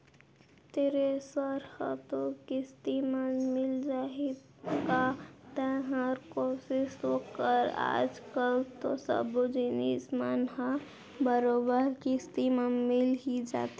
thresher हर तो किस्ती म मिल जाही गा तैंहर कोसिस तो कर आज कल तो सब्बो जिनिस मन ह बरोबर किस्ती म मिल ही जाथे